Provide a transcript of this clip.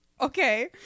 Okay